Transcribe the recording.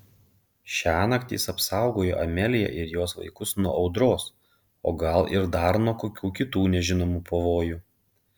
šiąnakt jis apsaugojo ameliją ir jos vaikus nuo audros o gal ir dar nuo kokių kitų nežinomų pavojų